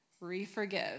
re-forgive